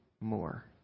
more